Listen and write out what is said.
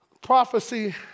prophecy